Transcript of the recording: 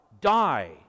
Die